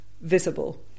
visible